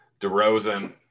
DeRozan